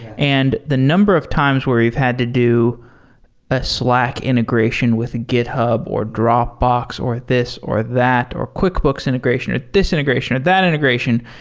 and the number of times where we've had to do a slack integration with github, or dropbox, or this, or that, or quickbooks integration, or this integration, or that integration,